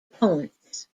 points